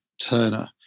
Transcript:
Turner